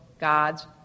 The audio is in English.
God's